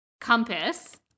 compass